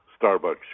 Starbucks